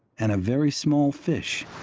and a very small fish,